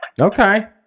okay